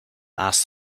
asked